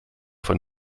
von